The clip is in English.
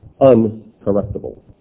uncorrectable